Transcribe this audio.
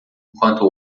enquanto